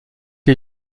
les